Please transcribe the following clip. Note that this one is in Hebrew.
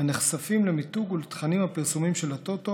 הנחשפים למיתוג ולתכנים הפרסומיים של הטוטו,